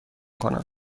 کنم